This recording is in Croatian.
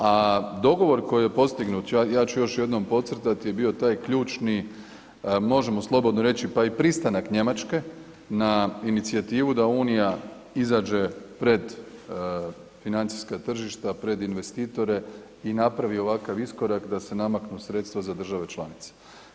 A dogovor koji je postignut, ja ću još jednom podcrtati, je bio taj ključni, možemo slobodno reći, pa i pristanak Njemačke na inicijativu da unija izađe pred financijska tržišta, pred investitore i napravi ovakav iskorak da se namaknu sredstva za države članice.